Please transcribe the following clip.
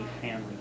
family